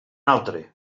altre